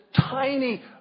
tiny